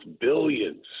billions